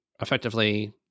effectively